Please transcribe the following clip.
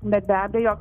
be abejo